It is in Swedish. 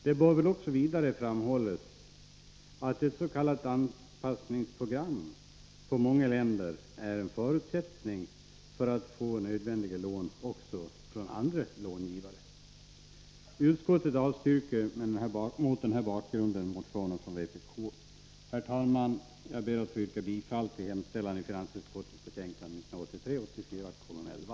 Det bör vidare framhållas att ett s.k. anpassningsprogram för många länder är en förutsättning för att få nödvändiga lån också från andra långivare. Utskottets majoritet avstyrker mot den här bakgrunden motionen från vpk. Herr talman! Jag ber att få yrka bifall till hemställan i finansutskottets betänkande 1983/84:11.